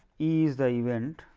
e is the event,